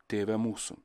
tėve mūsų